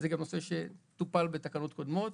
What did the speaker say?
זה גם נושא שטופל בתקנות קודמות.